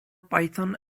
python